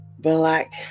Black